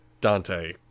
Dante